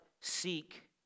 Seek